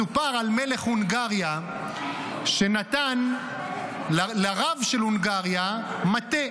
מסופר על מלך הונגריה שנתן לרב של הונגריה מטה.